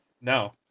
No